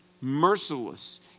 merciless